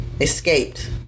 escaped